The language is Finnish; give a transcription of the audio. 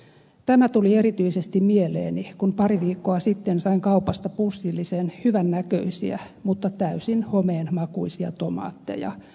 tämä tuli erityisesti mieleeni kun pari viikkoa sitten sain kaupasta pussillinen hyvännäköisiä mutta täysin homeen makuisia tomaatteja